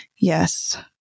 Yes